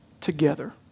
together